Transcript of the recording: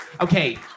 Okay